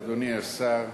אדוני השר,